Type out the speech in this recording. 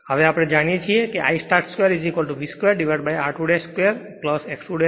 હવે આપણે જાણીએ છીએ કે I start 2V 2 r2 2 x 2 2 છે